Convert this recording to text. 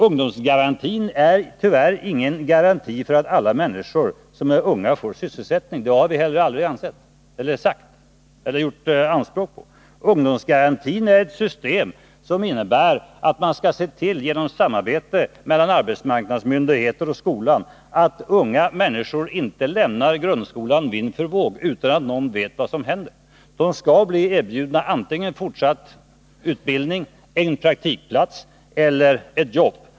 Ungdomsgarantin är tyvärr ingen garanti för att alla människor som är unga får sysselsättning — det har vi heller aldrig ansett eller gjort anspråk på. Ungdomsgarantin är ett system som innebär att man skall se till, genom samarbete mellan arbetsmarknadsmyndigheter och skolan, att de som lämnar grundskolan inte lämnas vind för våg utan att någon vet vad som händer; de skall bli erbjudna antingen fortsatt utbildning eller praktikantplats eller ett jobb.